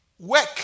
work